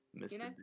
Mr